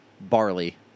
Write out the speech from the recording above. barley